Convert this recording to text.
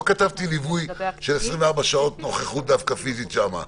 לא כתבתי ליווי של 24 שעות נוכחות פיזית שם,